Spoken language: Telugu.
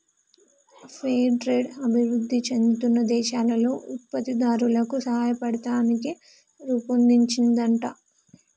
ఫెయిర్ ట్రేడ్ అభివృధి చెందుతున్న దేశాల్లో ఉత్పత్తి దారులకు సాయపడతానికి రుపొన్దించిందంట